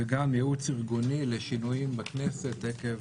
וגם ייעוץ ארגוני לשינויים בכנסת עקב